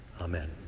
Amen